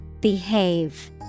Behave